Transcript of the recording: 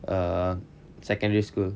err secondary school